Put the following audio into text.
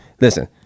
Listen